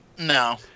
No